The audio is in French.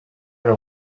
elle